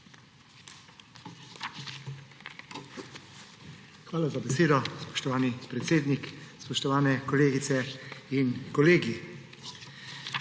Hvala za besedo. Spoštovani predsednik, spoštovani kolegice in kolegi!